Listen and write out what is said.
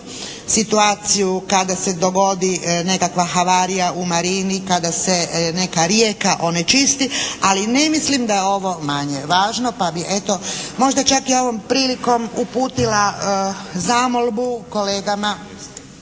situaciju kada se dogodi nekakva havarija u marini, kada se neka rijeka onečisti ali ne mislim da je ovo manje važno pa bi eto možda čak i ovom prilikom uputila zamolbu kolegama